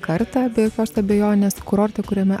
kartą be jokios abejonės kurorte kuriame